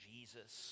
Jesus